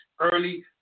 early